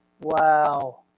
Wow